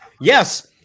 Yes